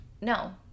no